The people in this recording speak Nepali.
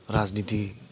राजनीति